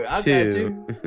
two